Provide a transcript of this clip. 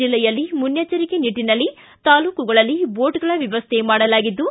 ಜಿಲ್ಲೆಯಲ್ಲಿ ಮುನ್ನೆಚ್ಚರಿಕೆ ನಿಟ್ಟನಲ್ಲಿ ತಾಲೂಕುಗಳಲ್ಲಿ ಬೋಟ್ಗಳ ವ್ಯವಸ್ಥೆ ಮಾಡಲಾಗಿದ್ದು